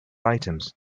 items